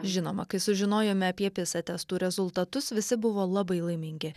žinoma kai sužinojome apie pisa testų rezultatus visi buvo labai laimingi